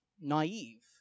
naive